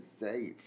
safe